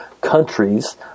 countries